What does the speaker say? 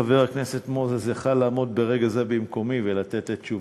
חבר הכנסת מוזס יכול לעמוד ברגע זה במקומי ולתת את תשובתי,